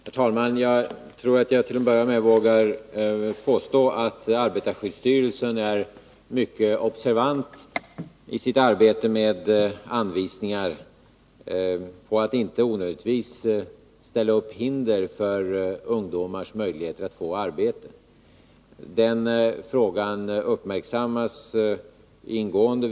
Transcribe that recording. Herr talman! Jag tror att jag till att börja med vågar påstå att arbetarskyddsstyrelsen är mycket observant i sitt arbete med anvisningar och när det gäller att inte onödigtvis ställa upp hinder för ungdomars möjlighet att få arbete.